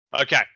Okay